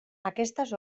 aquestes